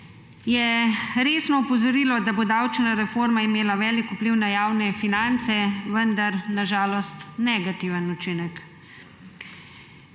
je resno opozorilo, da bo davčna reforma imela velik vpliv na javne finance, vendar na žalost negativen učinek.